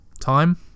time